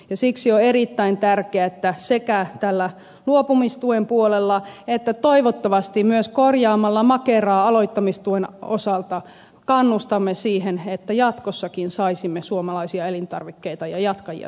siksi on erittäin tärkeää että sekä tällä luopumistuen puolella että toivottavasti myös korjaamalla makeraa aloittamistuen osalta kannustamme siihen että jatkossakin saisimme suomalaisia elintarvikkeita ja jatkajia sinne maatilalle